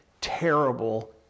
terrible